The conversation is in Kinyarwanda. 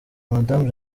madamu